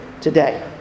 today